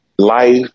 Life